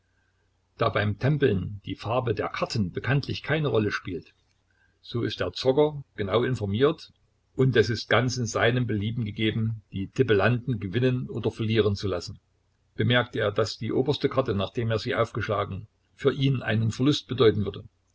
da beim tempeln die farbe der karten bekanntlich keine rolle spielt so ist der zocker genau informiert und es ist ganz in sein belieben gegeben die tippelanten gewinnen oder verlieren zu lassen bemerkt er daß die oberste karte nachdem er sie aufgeschlagen für ihn einen verlust bedeuten würde